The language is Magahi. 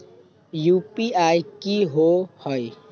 यू.पी.आई कि होअ हई?